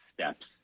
steps